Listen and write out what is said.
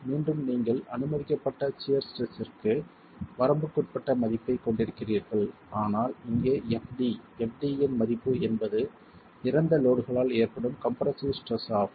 மீண்டும் நீங்கள் அனுமதிக்கப்பட்ட சியர் ஸ்ட்ரெஸ்ற்கு வரம்புக்குட்பட்ட மதிப்பைக் கொண்டிருக்கிறீர்கள் ஆனால் இங்கே fd fd இன் மதிப்பு என்பது இறந்த லோட்களால் ஏற்படும் கம்ப்ரசிவ் ஸ்ட்ரெஸ் ஆகும்